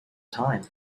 time